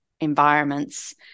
environments